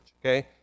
okay